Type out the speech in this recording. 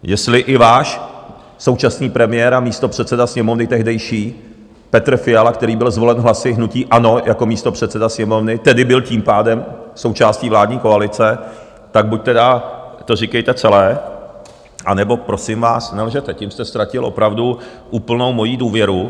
Jestli i váš současný premiér a tehdejší místopředseda Sněmovny tehdejší Petr Fiala, který byl zvolen hlasy hnutí ANO jako místopředseda Sněmovny, tedy byl tím pádem součástí vládní koalice, tak buď tedy to říkejte celé, anebo prosím vás nelžete, tím jste ztratil opravdu úplnou moji důvěru.